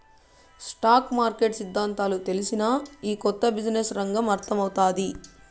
stock market సిద్దాంతాలు తెల్సినా, ఈ కొత్త బిజినెస్ రంగం అర్థమౌతాది